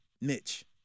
Mitch